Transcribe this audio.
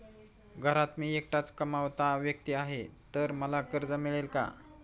घरात मी एकटाच कमावता व्यक्ती आहे तर मला कर्ज मिळेल का?